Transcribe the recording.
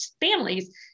families